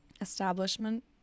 establishment